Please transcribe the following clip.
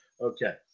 Okay